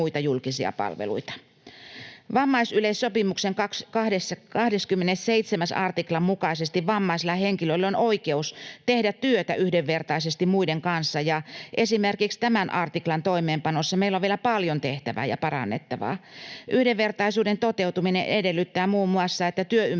Vammaisyleissopimuksen 27 artiklan mukaisesti vammaisilla henkilöillä on oikeus tehdä työtä yhdenvertaisesti muiden kanssa, ja esimerkiksi tämän artiklan toimeenpanossa meillä on vielä paljon tehtävää ja parannettavaa. Yhdenvertaisuuden toteutuminen edellyttää muun muassa, että työympäristö on